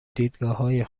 دیدگاههای